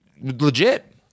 Legit